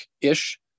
ish